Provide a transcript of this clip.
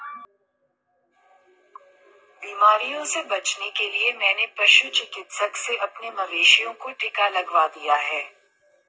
बीमारियों से बचने के लिए मैंने पशु चिकित्सक से अपने मवेशियों को टिका लगवा दिया है